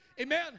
Amen